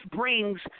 Brings